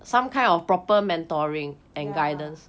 yeah